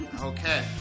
Okay